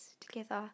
together